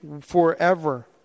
forever